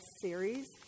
series